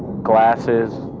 glasses,